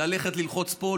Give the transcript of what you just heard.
ללכת ללחוץ פה,